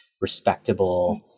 respectable